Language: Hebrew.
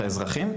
את האזרחים,